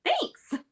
thanks